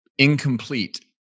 incomplete